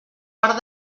part